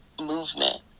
movement